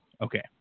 Okay